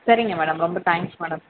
சரிங்க மேடம் ரொம்ப thanks madam